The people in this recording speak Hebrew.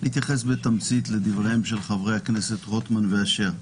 רק להתייחס בתמצית לדבריהם של חברי הכנסת רוטמן ואשר.